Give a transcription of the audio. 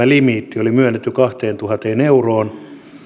limiitti oli myönnetty kahteentuhanteen euroon